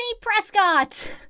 Prescott